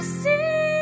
see